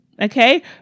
okay